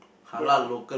their